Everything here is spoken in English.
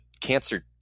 cancer